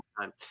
time